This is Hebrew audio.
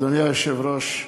אדוני היושב-ראש,